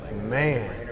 Man